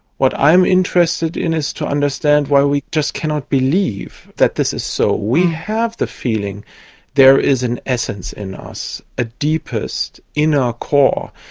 what i am interested in is to understand why we just cannot believe that this is so. we have the feeling there is an essence in us, a deepest, inner core.